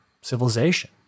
civilization